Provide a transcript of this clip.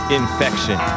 infection